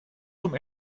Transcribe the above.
zum